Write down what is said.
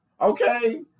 okay